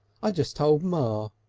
i just told ma.